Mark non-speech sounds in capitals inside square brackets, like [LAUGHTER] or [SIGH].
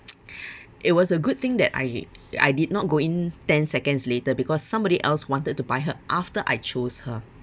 [NOISE] [BREATH] it was a good thing that I I did not go in ten seconds later because somebody else wanted to buy her after I chose her